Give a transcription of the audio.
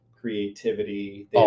creativity